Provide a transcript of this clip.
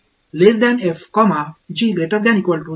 எனவே என்றால் f g orthogonal ஆகும்